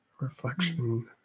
reflection